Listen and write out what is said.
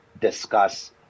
discuss